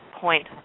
point